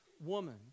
woman